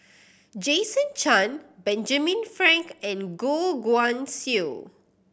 Jason Chan Benjamin Frank and Goh Guan Siew